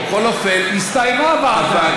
הסתיימה הוועדה,